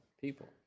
people